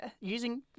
using